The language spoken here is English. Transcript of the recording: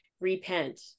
repent